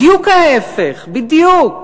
בדיוק ההפך, בדיוק.